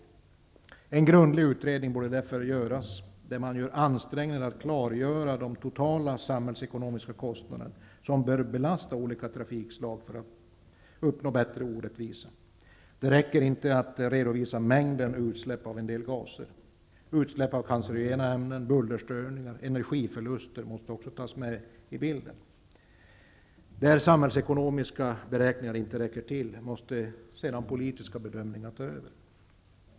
En grundlig utredning borde därför göras, där ansträngningar görs att klargöra de totala samhällsekonomiska kostnader som bör belasta olika trafikslag för att uppnå bättre rättvisa. Det räcker inte att redovisa mängden utsläpp av en del gaser. Utsläpp av t.ex. cancerogena ämnen, bullerstörningar och energiförluster måste också tas med i bilden. Där samhällsekonomiska beräkningar inte räcker till måste sedan politiska bedömningar ta över.